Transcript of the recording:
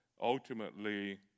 Ultimately